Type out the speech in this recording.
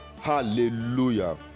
Hallelujah